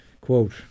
quote